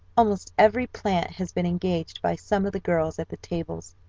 almost every plant has been engaged by some of the girls at the tables.